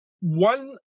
one